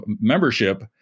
membership